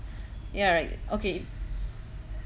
yeah right okay